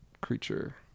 creature